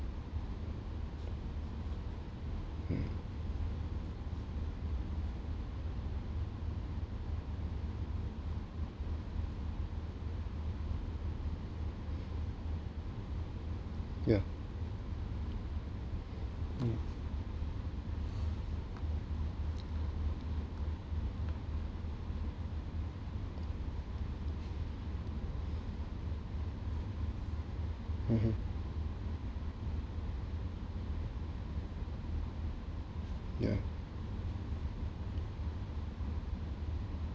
mm yeah mm mmhmm yeah